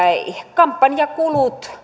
kampanjakulut